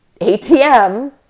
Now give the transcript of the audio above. ATM